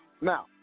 Now